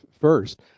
first